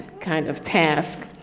kind of task.